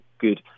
good